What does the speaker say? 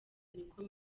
niko